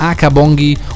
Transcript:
Akabongi